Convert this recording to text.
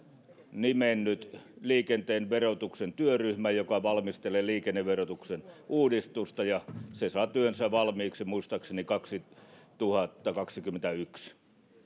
nimennyt liikenteen verotuksen työryhmän joka valmistelee liikenneverotuksen uudistusta ja se saa työnsä valmiiksi muistaakseni kaksituhattakaksikymmentäyksi